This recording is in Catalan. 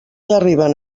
arriben